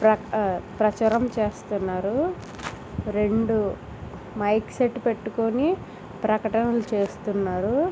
ప్ర ప్రచరం చేస్తున్నారు రెండు మైక్ సెట్ పెట్టుకొని ప్రకటనలు చేస్తున్నారు